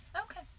Okay